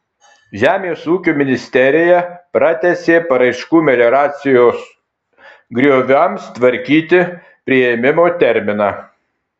žemės ūkio ministerija pratęsė paraiškų melioracijos grioviams tvarkyti priėmimo terminą